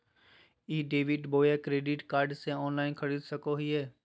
ई debit बोया credit card से online खरीद सको हिए?